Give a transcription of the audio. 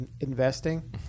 investing